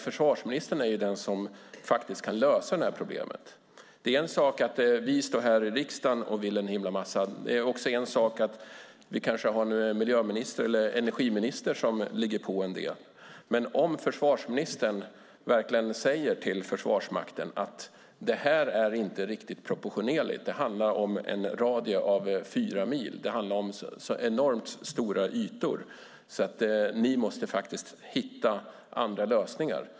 Försvarsministern är ju den som faktiskt kan lösa det här problemet. Det är en sak att vi står här i riksdagen och vill en himla massa. Det är också en sak att vi kanske nu har en miljöminister eller energiminister som ligger på en del. Men låt oss säga att försvarsministern verkligen säger till Försvarsmakten: Det här är inte riktigt proportionerligt. Det handlar om en radie av fyra mil. Det handlar om enormt stora ytor. Ni måste faktiskt hitta andra lösningar.